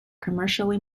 commercially